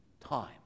Time